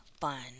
fun